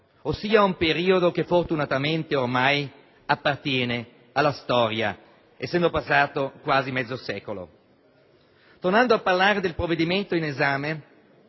ossia un periodo che fortunatamente ormai appartiene alla storia essendo passato quasi mezzo secolo. Tornando a parlare del provvedimento in esame,